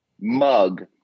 mug